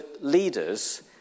leaders